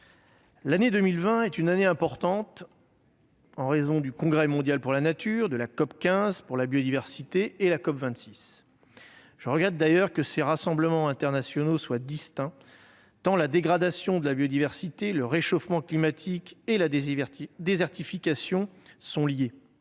L'année 2021 est une année importante, puisqu'elle aura été marquée par le congrès mondial de l'UICN, la COP15 pour la biodiversité et la COP26. Je regrette d'ailleurs que ces rassemblements internationaux soient distincts, tant la dégradation de la biodiversité, le réchauffement climatique et la désertification sont